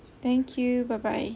thank you bye bye